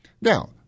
Now